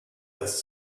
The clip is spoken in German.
das